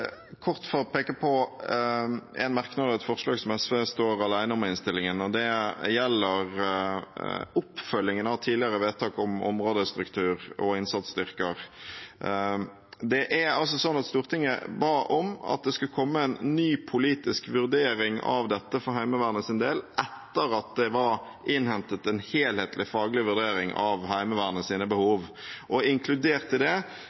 kort få peke på en merknad og et forslag som SV står alene om i innstillingen. Det gjelder oppfølgingen av tidligere vedtak om områdestruktur og innsatsstyrker. Det er altså slik at Stortinget ba om at det skulle komme en ny politisk vurdering av dette for Heimevernets del etter at det var innhentet en helhetlig faglig vurdering av Heimevernets behov, og inkludert i det: